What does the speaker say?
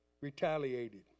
retaliated